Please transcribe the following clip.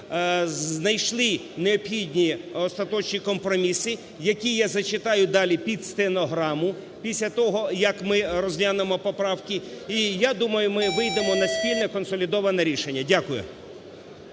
знайшли необхідні остаточні компроміси, які я зачитаю далі під стенограму після того, як ми розглянемо поправки, і, я думаю, ми вийдемо на спільне консолідоване рішення. Дякую.